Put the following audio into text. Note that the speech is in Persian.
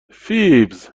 فیبز